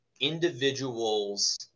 individuals